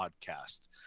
podcast